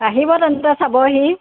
আহিব তেন্তে চাবহি